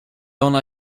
ona